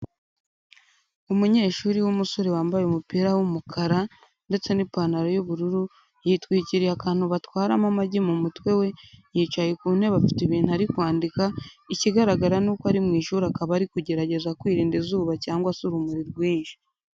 Umunyeshuri w'umusore wambaye umupira w'umukara ndetse n'ipantaro y'ubururu, yitwikiriye akantu batwaramo amagi mu mutwe we, yicaye ku ntebe afite ibintu ari kwandika, ikigaragara n'uko ari mu ishuri akaba ari kugerageza kwirinda izuba cyangwa se urumuri rwinshi.